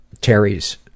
Terry's